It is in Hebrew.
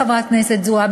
חברת הכנסת זועבי,